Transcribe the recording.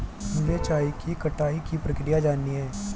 मुझे चाय की कटाई की प्रक्रिया जाननी है